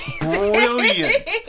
Brilliant